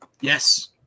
Yes